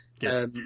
Yes